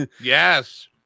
Yes